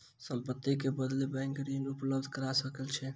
संपत्ति के बदले बैंक ऋण उपलब्ध करा सकै छै